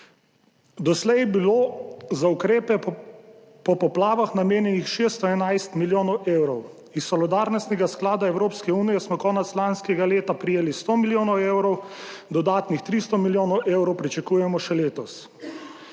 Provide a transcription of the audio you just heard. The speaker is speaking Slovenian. Doslej je bilo za ukrepe po poplavah namenjenih 611 milijonov evrov. Iz solidarnostnega sklada Evropske unije smo konec lanskega leta prejeli 100 milijonov evrov, dodatnih 300 milijonov evrov pričakujemo še letos.